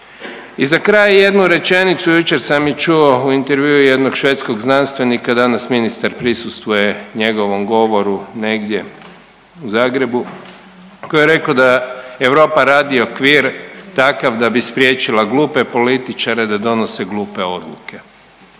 I za kraj jednu rečenicu, jučer sam ju čuo u intervjuu jednog švedskog znanstvenika, danas ministar prisustvuje njegovom govoru negdje u Zagrebu, koji je rekao da Europa radi okvir takav da bi spriječila glupe političare da donose glupe odluke.